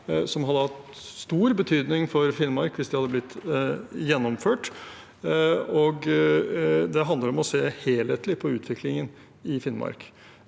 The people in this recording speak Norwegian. som ville hatt stor betydning for Finnmark hvis de hadde blitt gjennomført. Det handler om å se helhetlig på utviklingen i Finnmark.